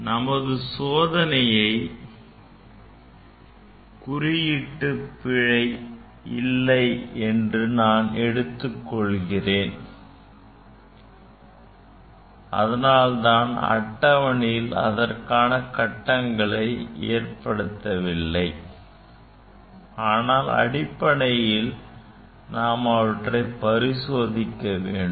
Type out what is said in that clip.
நமது சோதனையில் குறியீட்டு பிழை இல்லை என நான் எடுத்துக் கொள்வதால் தான் அட்டவணையில் அதற்கான கடடங்களை விடவில்லை ஆனால் அடிப்படையில் அவற்றை நாம் பரிசோதிக்க வேண்டும்